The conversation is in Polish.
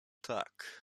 tak